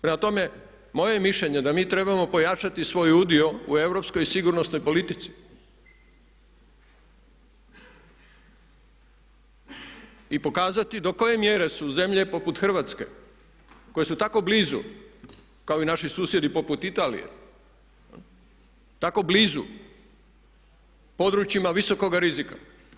Prema tome moje je mišljenje da mi trebamo pojačati svoj udio u europskoj i sigurnosnoj politici i pokazati do koje mjere su zemlje poput Hrvatske koje su tako blizu kao i naši susjedi poput Italije tako blizu područjima visokoga rizika.